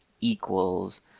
equals